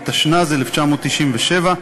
התשנ"ז 1997,